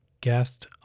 guest